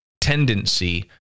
tendency